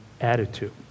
attitude